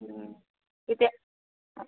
তেতিয়া